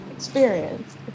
Experience